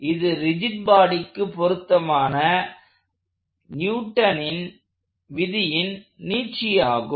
இது ரிஜிட் பாடிக்கு பொருத்தமான நியூட்டன் விதியின் நீட்சி ஆகும்